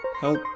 help